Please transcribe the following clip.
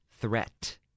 threat